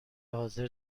حاضر